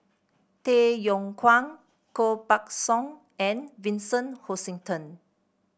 Tay Yong Kwang Koh Buck Song and Vincent Hoisington